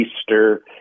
Easter